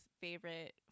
favorite